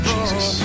Jesus